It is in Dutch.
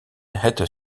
het